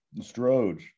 stroge